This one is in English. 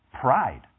pride